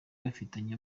bafitanye